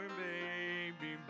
baby